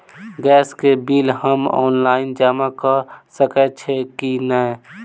Gas केँ bill हम online जमा कऽ सकैत छी की नै?